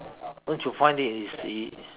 don't you find it easy